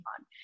on